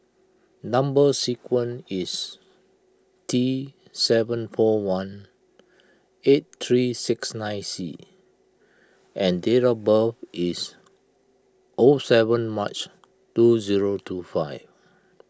Number Sequence is T seven four one eight three six nine C and date of birth is O seven March two zero two five